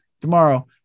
Tomorrow